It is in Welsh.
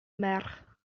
merch